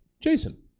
Jason